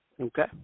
okay